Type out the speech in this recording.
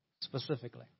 Specifically